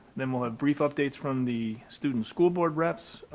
then we'll have brief updates from the student's school board reps,